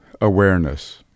awareness